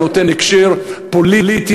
נותן הקשר פוליטי,